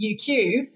UQ